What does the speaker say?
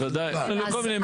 ומקומות כאלה.